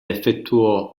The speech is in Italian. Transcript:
effettuò